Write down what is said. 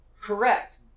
Correct